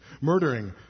murdering